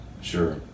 Sure